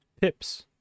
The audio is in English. pips